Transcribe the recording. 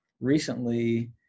recently